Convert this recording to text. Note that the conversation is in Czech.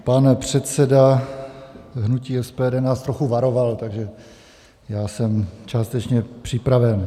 Pan předseda hnutí SPD nás trochu varoval, takže jsem částečně připraven.